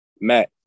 Matt